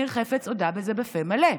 ניר חפץ הודה בזה בפה מלא.